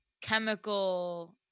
chemical